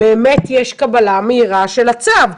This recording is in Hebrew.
באמת יש קבלה מהירה של הצו.